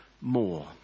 more